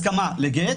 הסכמה לגט